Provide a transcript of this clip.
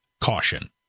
caution